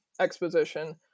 exposition